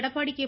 Edappadi K